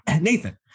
Nathan